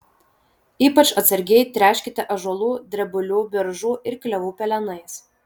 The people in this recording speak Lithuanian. ypač atsargiai tręškite ąžuolų drebulių beržų ir klevų pelenais